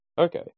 Okay